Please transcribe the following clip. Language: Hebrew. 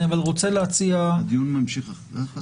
אבל אני רוצה להציע --- הדיון ממשיך אחרי 11:00?